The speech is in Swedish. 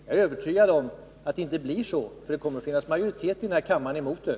Jag är övertygad om att det inte blir så, för det kommer att finnas majoritet här i kammaren mot det.